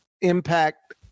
impact